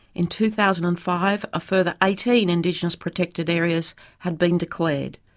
in two thousand and five a further eighteen indigenous protected areas had been declared,